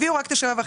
הביאו רק את ה-7.5%.